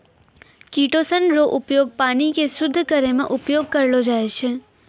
chitosan रो उपयोग पानी के शुद्ध करै मे उपयोग करलो जाय छै